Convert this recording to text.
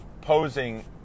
posing